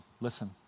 listen